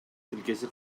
тилкеси